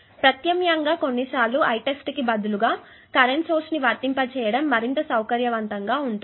ప్రత్యామ్నాయంగా కొన్నిసార్లు Itest కి బదులుగా కరెంట్ సోర్స్ ని వర్తింప చేయడం మరింత సౌకర్యవంతంగా ఉంటుంది